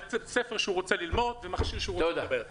בית ספר שהוא רוצה ללמוד בו ומכשיר טלפון שהוא רוצה לדבר בו.